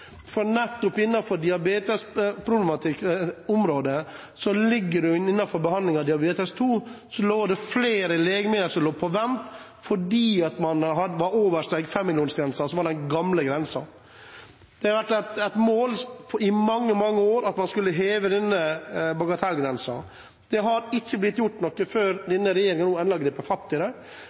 området behandling av diabetes type 2 lå det flere legemidler på vent fordi man hadde overskredet den gamle 5-millionsgrensen. Det har vært et mål i mange, mange år å heve denne bagatellgrensen. Det har ikke blitt gjort noe før denne regjeringen nå